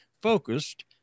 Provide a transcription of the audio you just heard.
focused